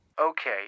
Okay